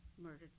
murdered